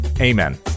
Amen